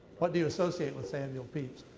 what do you associate with samuel pepys?